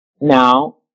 Now